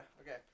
okay